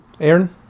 Aaron